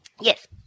Yes